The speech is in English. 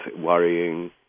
worrying